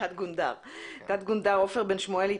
תת-גונדר עופר בן שמואל,